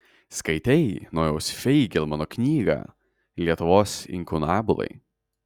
skaitei nojaus feigelmano knygą lietuvos inkunabulai